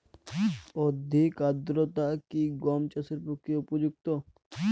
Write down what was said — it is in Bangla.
অধিক আর্দ্রতা কি গম চাষের পক্ষে উপযুক্ত?